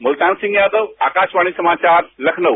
मुलतान सिंह यादव आकाषवाणी सामचार लखनऊ